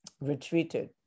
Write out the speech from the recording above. retreated